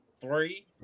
three